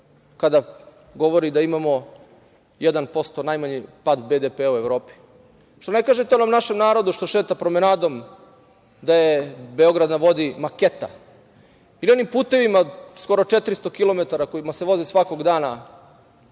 kada govori da imamo 1% najmanji pad BDP u Evropi? Što ne kažete onom našem narodu što šeta promenadom da je Beograd na vodi maketa ili o onim putevima, skoro 400 kilometara kojima se voze svakog dana,